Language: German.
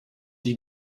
die